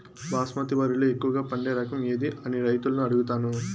బాస్మతి వరిలో ఎక్కువగా పండే రకం ఏది అని రైతులను అడుగుతాను?